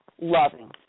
loving